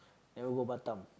never go Batam